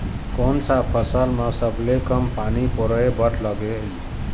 कोन सा फसल मा सबले कम पानी परोए बर लगेल?